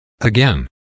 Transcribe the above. Again